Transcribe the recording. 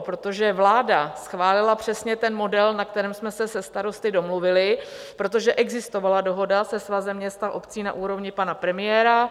Protože vláda schválila přesně ten model, na kterém jsme se se starosty domluvili, protože existovala dohoda se Svazem měst a obcí na úrovni pana premiéra.